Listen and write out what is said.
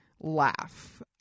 laugh